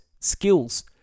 skills